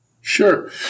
Sure